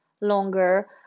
longer